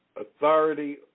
authority